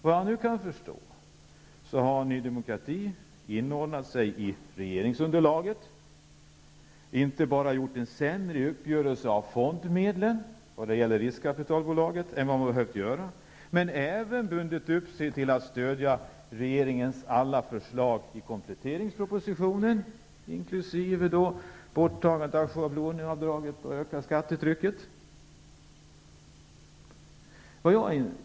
Vad jag nu kan förstå har Ny demokrati inordnat sig i regeringsunderlaget och inte bara gjort en sämre uppgörelse beträffande fondmedlen, dvs. riskkapitalbolaget, än nödvändigt, utan även bundit upp sig för att stödja regeringens alla förslag i kompletteringspropositionen, inkl. borttagandet av schablonavdraget och ett ökat skattetryck.